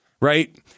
right